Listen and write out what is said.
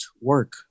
work